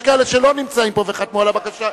יש כאלה שלא נמצאים פה וחתמו על הבקשה.